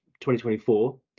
2024